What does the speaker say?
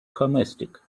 homesick